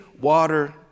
water